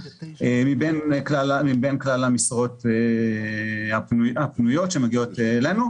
מבין כלל המשרות הפנויות שמגיעות אלינו.